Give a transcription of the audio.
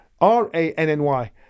R-A-N-N-Y